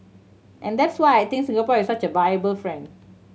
and that's why I think Singapore is such a viable friend